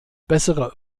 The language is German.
bessere